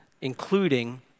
including